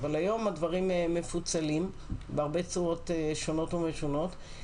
אבל היום הדברים מפוצלים בהרבה צורות שונות ומשונות.